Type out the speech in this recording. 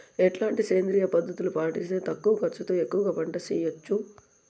ఎట్లాంటి సేంద్రియ పద్ధతులు పాటిస్తే తక్కువ ఖర్చు తో ఎక్కువగా పంట చేయొచ్చు?